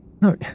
No